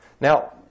Now